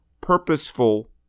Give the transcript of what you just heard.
purposeful